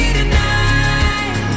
tonight